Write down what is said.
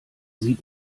sieht